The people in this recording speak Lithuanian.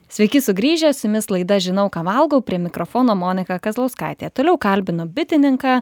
sveiki sugrįžę su jumis laida žinau ką valgau prie mikrofono monika kazlauskaitė toliau kalbinu bitininką